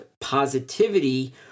positivity